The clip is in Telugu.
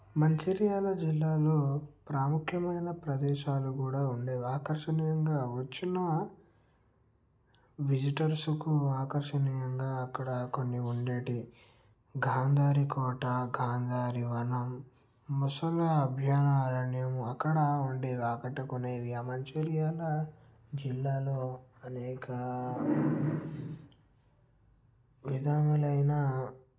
మంచిర్యాల జిల్లాలో ప్రాముఖ్యమైన ప్రదేశాలు కూడా ఉండేవి ఆకర్షణీయంగా వచ్చిన విజిటర్స్కు ఆకర్షణీయంగా అక్కడ కొన్ని ఉండేవి గాంధారి కోట గాంధారి వనం మొసలి అభ్యన అరణ్యం అక్కడ ఉండేవి ఆకట్టుకునేవి ఆ మంచిర్యాల జిల్లాలో అనేక విధములు అయిన